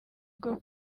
bwo